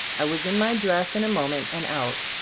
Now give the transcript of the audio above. i was in my dress in a moment and out.